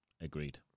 Agreed